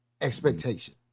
expectation